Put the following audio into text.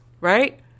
right